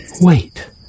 Wait